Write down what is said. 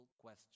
question